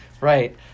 Right